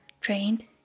trained